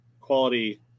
quality